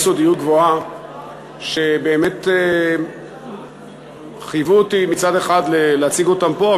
סודיות גבוהה שבאמת חייבו אותי מצד אחד להציג אותם פה,